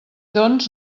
doncs